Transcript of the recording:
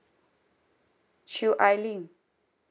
chew ai lin